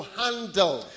handle